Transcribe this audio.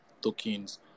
tokens